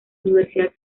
universidad